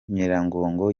nyiragongo